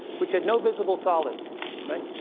which had no visible solids, right?